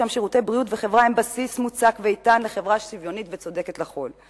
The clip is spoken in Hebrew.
שם שירותי בריאות וחברה הם בסיס מוצק ואיתן לחברה שוויונית וצודקת לכול.